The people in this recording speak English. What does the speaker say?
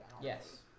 Yes